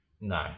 No